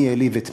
מי העליב את מי,